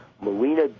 Marina